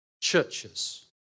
churches